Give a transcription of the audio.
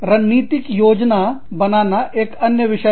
रणनीतिक योजना बनाना एक अन्य विषय है